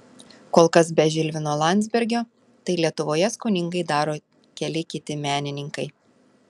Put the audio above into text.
kol kas be žilvino landzbergo tai lietuvoje skoningai daro keli kiti menininkai